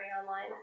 online